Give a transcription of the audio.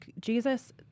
Jesus